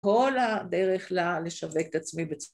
כל הדרך לשווק את עצמי בצפון.